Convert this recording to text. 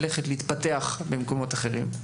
להתפתח במקומות אחרים.